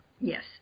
Yes